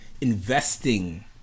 investing